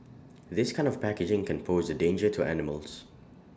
this kind of packaging can pose danger to animals